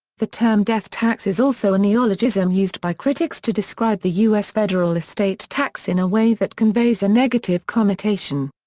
the term death tax is also a neologism used by critics to describe the u s. federal estate tax in a way that conveys a negative connotation.